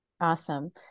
Awesome